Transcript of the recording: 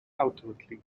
ultimately